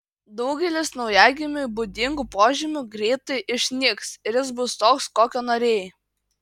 daugelis naujagimiui būdingų požymių greitai išnyks ir jis bus toks kokio norėjai